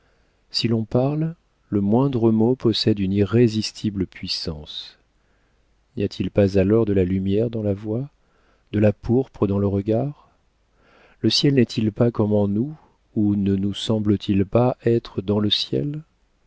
si l'on parle le moindre mot possède une irrésistible puissance n'y a-t-il pas alors de la lumière dans la voix de la pourpre dans le regard le ciel n'est-il pas comme en nous ou ne nous semble-t-il pas être dans le ciel